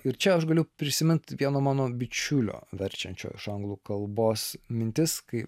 ir čia aš galiu prisimint vieno mano bičiulio verčiančio iš anglų kalbos mintis kai